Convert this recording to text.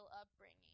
upbringing